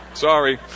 Sorry